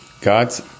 God's